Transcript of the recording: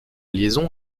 liaison